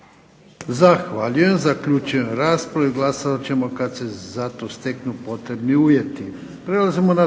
Zahvaljujem. Zaključujem raspravu i glasat ćemo kada se za to steknu potrebni uvjeti.